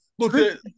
Look